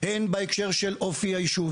הן בהקשר של אופי היישוב,